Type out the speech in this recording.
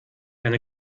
eine